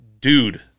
dude